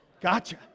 Gotcha